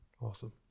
Awesome